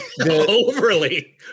overly